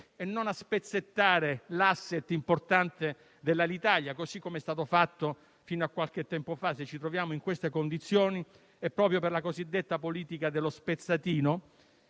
a non spezzettarne l'*asset* importante, così com'è stato fatto fino a qualche tempo fa. Se ci troviamo in queste condizioni, è proprio per la cosiddetta politica dello spezzatino,